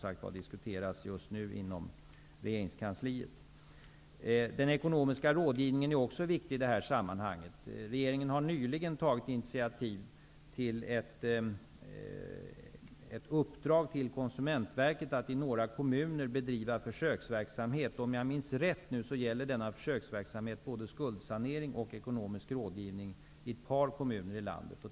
Frågan diskuteras just nu i regeringskansliet. Den ekonomiska rådgivningen är också viktig i det här sammanhanget. Regeringen har nyligen tagit initiativ till att uppdra åt Konsumentverket att bedriva försöksverksamhet i några kommuner. Om jag minns rätt skall denna försöksverksamhet gälla både skuldsanering och ekonomisk rådgivning i ett par kommuner i landet.